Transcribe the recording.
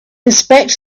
inspect